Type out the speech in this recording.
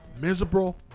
miserable